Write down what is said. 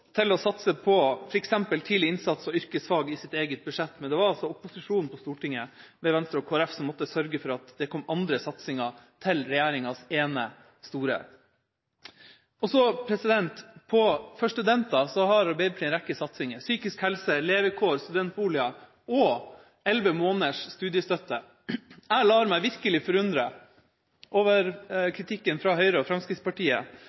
til å satse på f.eks. tidlig innsats og yrkesfag i sitt eget budsjett, men det var altså opposisjonen på Stortinget, med Venstre og Kristelig Folkeparti, som måtte sørge for at det kom andre satsinger til regjeringas ene store. For studenter har Arbeiderpartiet en rekke satsinger: psykisk helse, levekår, studentboliger og elleve måneders studiestøtte. Jeg lar meg virkelig forundre over kritikken fra Høyre og Fremskrittspartiet,